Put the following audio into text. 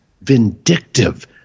vindictive